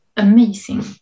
Amazing